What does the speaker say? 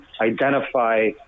identify